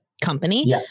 company